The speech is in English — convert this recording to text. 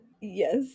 yes